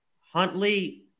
Huntley